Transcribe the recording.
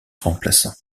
remplaçant